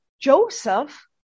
Joseph